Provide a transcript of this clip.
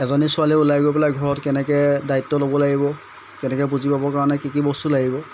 এজনী ছোৱালীয়ে ওলাই গৈ পেলাই ঘৰত কেনেকৈ দায়িত্ব ল'ব লাগিব কেনেকৈ বুজি পাবৰ কাৰণে কি কি বস্তু লাগিব